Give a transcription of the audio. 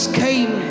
came